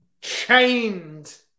chained